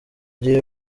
gihe